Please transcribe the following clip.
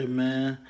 man